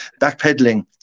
backpedaling